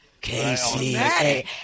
K-C-A